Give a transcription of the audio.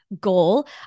goal